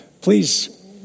Please